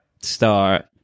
start